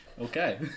Okay